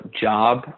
job